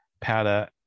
powder